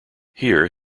here